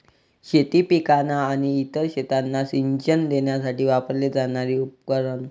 शेती पिकांना आणि इतर शेतांना सिंचन देण्यासाठी वापरले जाणारे उपकरण